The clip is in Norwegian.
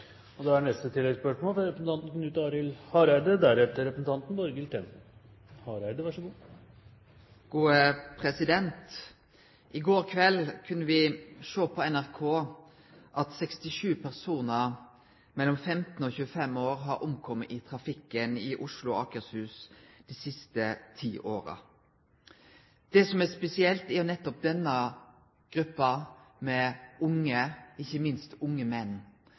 Knut Arild Hareide – til oppfølgingsspørsmål. I går kveld kunne me sjå på NRK at 67 personar mellom 15 og 25 år har omkome i trafikken i Oslo og i Akershus dei siste ti åra. Det som er spesielt, er nettopp denne gruppa med unge, og ikkje minst unge menn.